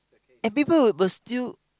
and people will will still